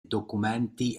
documenti